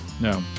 No